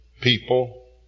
people